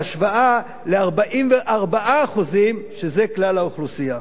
בהשוואה ל-44% בכלל האוכלוסייה.